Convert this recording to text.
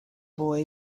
boy